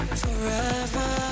forever